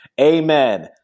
Amen